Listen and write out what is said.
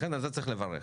לכן על זה צריך לברך.